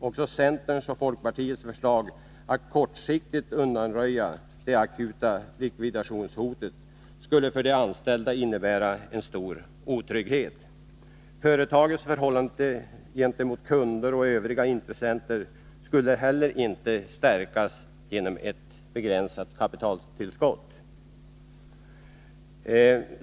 Också centerns och folkpartiets förslag att kortsiktigt undanröja det akuta lividationshotet skulle för de anställda innebära en stor otrygghet. Företagets förhållande gentemot kunder och övriga intressenter skulle heller inte stärkas genom ett begränsat kapitaltillskott.